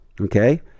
Okay